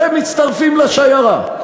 אתם מצטרפים לשיירה.